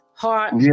heart